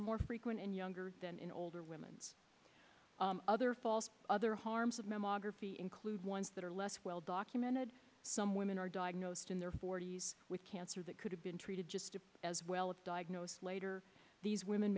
are more frequent and younger than in older women other false other harms of memory graffiti include ones that are less well documented some women are diagnosed in their forty's with cancer that could have been treated just as well if diagnosed later these women